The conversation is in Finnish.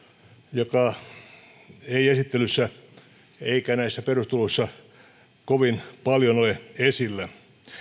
joka ei esittelyssä eikä näissä perusteluissa kovin paljon ole esillä